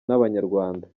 n’abanyarwanda